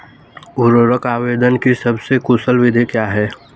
उर्वरक आवेदन की सबसे कुशल विधि क्या है?